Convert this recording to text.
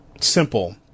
simple